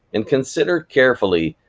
and consider carefully